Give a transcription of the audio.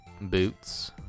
boots